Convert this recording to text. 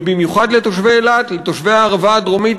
ובמיוחד לתושבי אילת ולתושבי הערבה הדרומית,